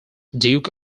duke